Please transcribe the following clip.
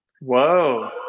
Whoa